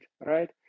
right